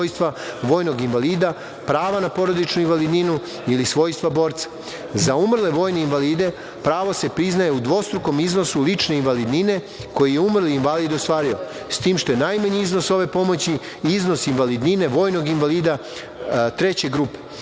svojstva vojnog invalida, prava na porodičnu invalidninu ili svojstva borca.Za umrle vojne invalide pravo se priznaje u dvostrukom iznosu lične invalidnine koju je umrli invalid ostvario, s tim što je najmanji iznos ove pomoći iznos invalidnine vojnog invalida treće grupe,